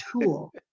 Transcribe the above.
tool